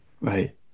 Right